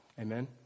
Amen